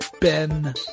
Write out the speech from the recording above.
Ben